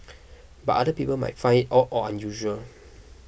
but other people might find it odd or usual